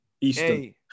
Eastern